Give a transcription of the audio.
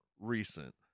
recent